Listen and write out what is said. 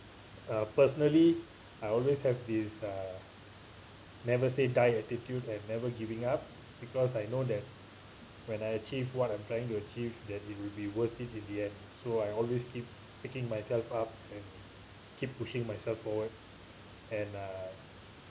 uh personally I always have this uh never say die attitude and never giving up because I know that when I achieve what I'm trying to achieve that it will be worth it in the end so I always keep picking myself up and keep pushing myself forward and uh